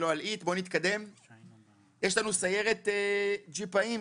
יש לנו סיירת ג'יפאים,